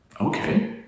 Okay